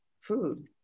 food